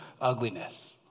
ugliness